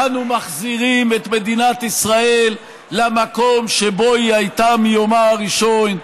ואנו מחזירים את מדינת ישראל למקום שבו היא הייתה מיומה הראשון: